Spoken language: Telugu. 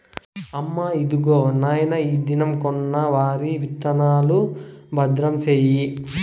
అమ్మా, ఇదిగో నాయన ఈ దినం కొన్న వరి విత్తనాలు, భద్రం సేయి